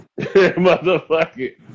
motherfucker